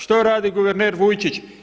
Što radi guverner Vujčić?